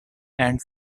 and